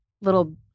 little